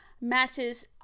matches